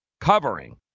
covering